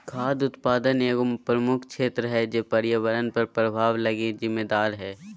खाद्य उत्पादन एगो प्रमुख क्षेत्र है जे पर्यावरण पर प्रभाव लगी जिम्मेदार हइ